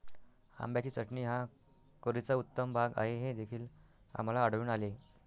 आंब्याची चटणी हा करीचा उत्तम भाग आहे हे देखील आम्हाला आढळून आले